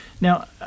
Now